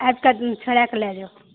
अच्छा ठीक छोड़ाय कऽ लय जायब